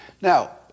Now